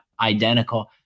identical